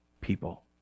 people